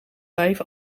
vijf